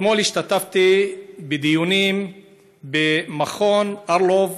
אתמול השתתפתי בדיונים במכון אלרוב